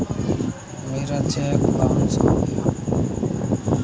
मेरा cheque bounce हो गया था